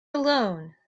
alone